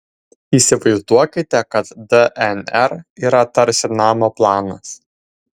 įsivaizduokite kad dnr yra tarsi namo planas